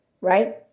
right